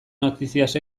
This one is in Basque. noticias